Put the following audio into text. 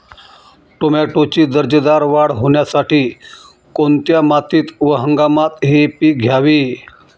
टोमॅटोची दर्जेदार वाढ होण्यासाठी कोणत्या मातीत व हंगामात हे पीक घ्यावे?